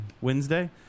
Wednesday